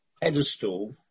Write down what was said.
pedestal